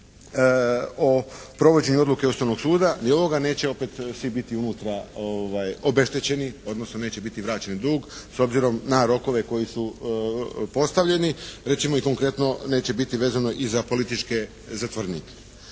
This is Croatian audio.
o provođenju odluke Ustavnog suda ni ovoga neće opet svi biti unutra obeštećeni odnosno neće biti vraćen dug s obzirom na rokove koji su postavljeni. Recimo i konkretno neće biti vezano i za političke zatvorenike.